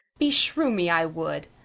beshrew me, i would,